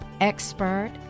expert